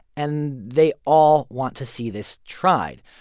and they all want to see this tried.